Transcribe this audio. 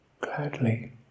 gladly